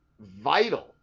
vital